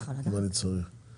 אנחנו מרכז שלטון מקומי.